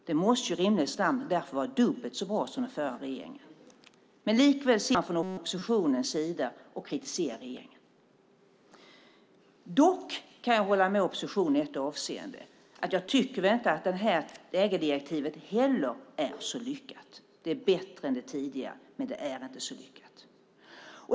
Den måste därför rimligen vara dubbelt så bra som den förra regeringen. Likväl kritiserar man från oppositionens sida regeringen. Dock kan jag hålla med oppositionen i ett avseende. Jag tycker inte att det här ägardirektivet heller är så lyckat; det är bättre än det tidigare, men det är inte så lyckat.